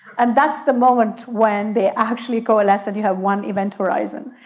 and that's the moment when they actually coalesce and you have one event horizon.